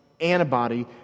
antibody